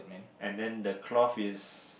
and then the cloth is